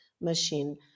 machine